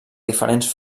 diferents